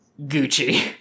Gucci